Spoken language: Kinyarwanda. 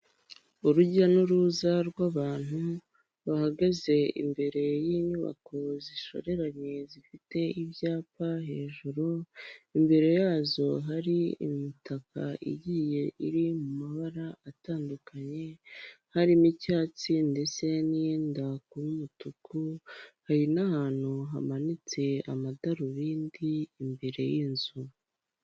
Urujya n'uruza rw'abantu bahagaze imbere y'inyubako zishoreranye zifite ibyapa hejuru, imbere yazo hari imitaka igiye iri mu mabara atandukanye harimo icyatsi ndetse n'iyenda kuba umutuku, hari n'ahantu hamanitse amadarubindi imbere y'inzu.